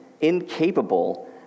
Incapable